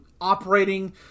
operating